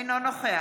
אינו נוכח